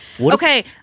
Okay